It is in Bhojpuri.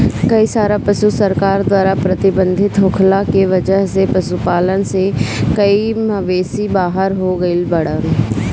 कई सारा पशु सरकार द्वारा प्रतिबंधित होखला के वजह से पशुपालन से कई मवेषी बाहर हो गइल बाड़न